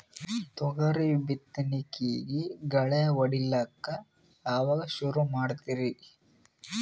ತೊಗರಿ ಬಿತ್ತಣಿಕಿಗಿ ಗಳ್ಯಾ ಹೋಡಿಲಕ್ಕ ಯಾವಾಗ ಸುರು ಮಾಡತೀರಿ?